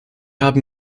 haben